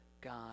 God